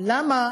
למה